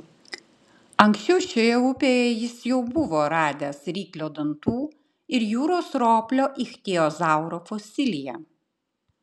anksčiau šioje upėje jis jau buvo radęs ryklio dantų ir jūros roplio ichtiozauro fosiliją